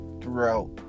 throughout